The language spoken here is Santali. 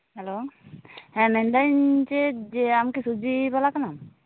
ᱦᱮᱞᱳ ᱦᱮᱸ ᱢᱮᱱᱫᱟᱹᱧ ᱡᱮ ᱟᱢ ᱠᱤ ᱥᱚᱵᱡᱤ ᱵᱟᱞᱟ ᱠᱟᱱᱟᱢ